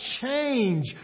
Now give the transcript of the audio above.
change